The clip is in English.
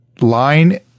line